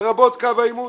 לרבות קו העימות.